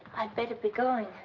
i'd better be going.